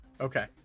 Okay